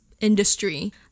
Industry